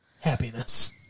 happiness